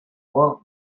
alone